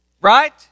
Right